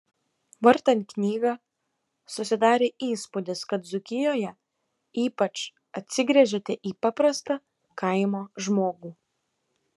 vartant knygą susidarė įspūdis kad dzūkijoje ypač atsigręžėte į paprastą kaimo žmogų